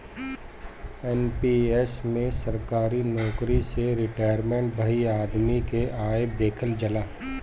NPS में सरकारी नोकरी से रिटायर भईल आदमी के आय देहल जाला